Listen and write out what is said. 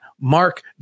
Mark